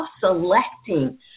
self-selecting